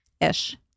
ish